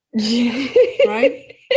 Right